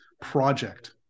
project